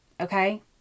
okay